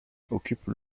occupe